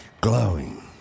glowing